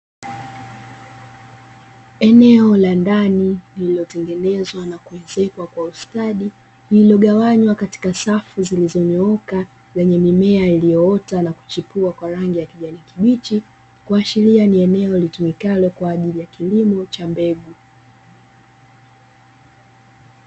Eneo la ndani lililotengenezwa na kuezekwa kwa ustadi limegawanywa katika safu zilizonyooka yenye mimea iliyoota na kuchipua kwa rangi ya kijani kibichi, kuashiria ni eneo litumikalo kwa ajili ya kilimo cha mbegu.